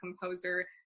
composer